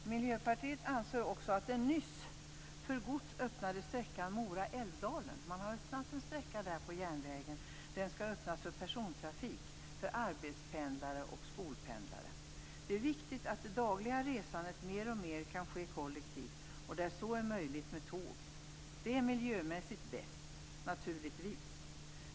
Miljöpartiet anser att det är viktigt att det dagliga resandet mer och mer kan ske kollektivt och, där så är möjligt, med tåg. Det är naturligtvis miljömässigt bäst.